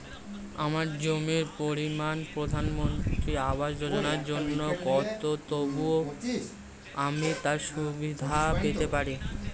আমার জমির পরিমাণ প্রধানমন্ত্রী আবাস যোজনার জন্য কম তবুও কি আমি তার সুবিধা পেতে পারি?